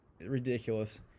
ridiculous